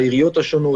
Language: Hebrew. העיריות השונות,